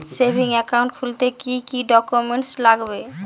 Savings account খুলতে কি কি ডকুমেন্টস লাগবে?